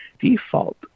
default